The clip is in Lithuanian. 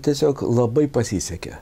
tiesiog labai pasisekė